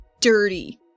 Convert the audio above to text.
dirty